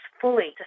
fully